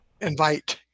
invite